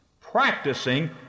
practicing